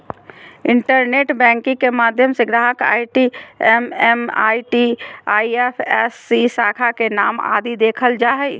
internet banking के माध्यम से ग्राहक आई.डी एम.एम.आई.डी, आई.एफ.एस.सी, शाखा के नाम आदि देखल जा हय